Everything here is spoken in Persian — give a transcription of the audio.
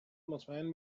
مطمئن